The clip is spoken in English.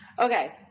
okay